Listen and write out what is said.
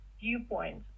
viewpoint